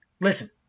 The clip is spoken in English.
Listen